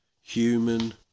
human